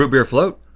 ah beer float?